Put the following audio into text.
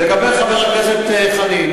לגבי שאלת חבר הכנסת חנין,